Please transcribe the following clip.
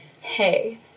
hey